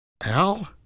Al